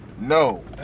No